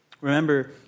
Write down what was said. Remember